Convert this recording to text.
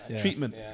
treatment